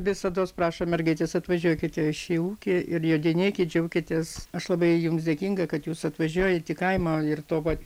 visados prašom mergaitės atvažiuokite į šį ūkį ir jodinėkit džiaukitės aš labai jums dėkinga kad jūs atvažiuojat į kaimą ir to vat